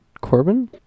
Corbin